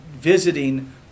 visiting